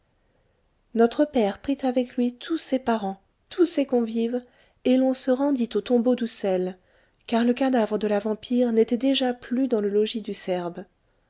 notre père prit avec lui tous ses parents tous ses convives et l'on se rendit au tombeau d'uszel car le cadavre de la vampire n'était déjà plus dans le logis du serbe